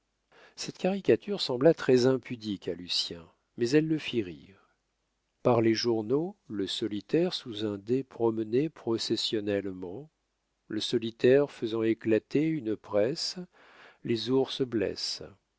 cette caricature sembla très impudique à lucien mais elle le fit rire par les journaux le solitaire sous un dais promené processionnellement le solitaire faisant éclater une presse les ours